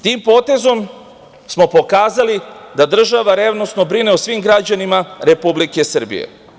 Tim potezom smo pokazali da država revnosno brine o svom građanima Republike Srbije.